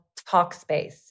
Talkspace